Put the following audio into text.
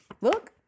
Look